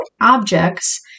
objects